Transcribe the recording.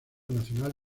nacional